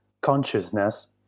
consciousness